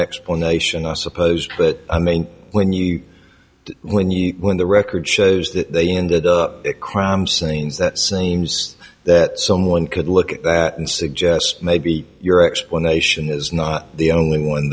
explanation i suppose but i mean when you when you when the record shows that they ended up crime scenes that seems that someone could look at that and suggest maybe your explanation is not the only one